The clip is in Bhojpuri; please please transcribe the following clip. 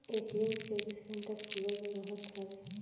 ए.टी.एम चौबीसो घंटा खुलल रहत हवे